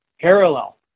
Parallel